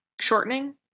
shortening